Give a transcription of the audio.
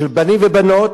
של בנים ובנות,